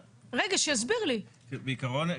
בעיקרון,